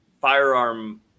firearm